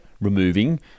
removing